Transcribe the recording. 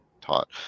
taught